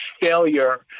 failure